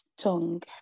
tongue